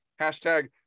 Hashtag